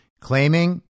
claiming